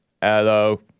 Hello